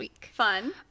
Fun